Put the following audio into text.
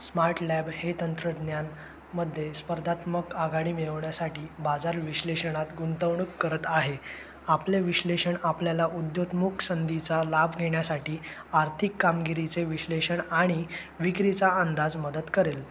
smart lab हे तंत्रज्ञान मध्ये स्पर्धात्मक आघाडी मिळवण्यासाठी बाजार विश्लेषणात गुंतवणूक करत आहे आपले विश्लेषण आपल्याला उदयोन्मुख संधीचा लाभ घेण्यासाठी आर्थिक कामगिरीचे विश्लेषण आणि विक्रीचा अंदाज मदत करेल